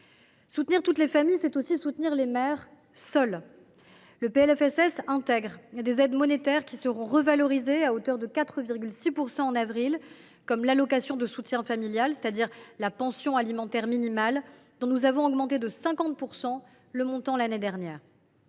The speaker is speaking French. Soutenir toutes les familles, c’est aussi soutenir les mères seules. Le PLFSS intègre des aides monétaires, qui seront revalorisées à hauteur de 4,6 % en avril prochain, comme l’allocation de soutien familial, c’est à dire la pension alimentaire minimale, donc nous avons augmenté de 50 % le montant l’année dernière.